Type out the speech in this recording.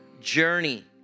journey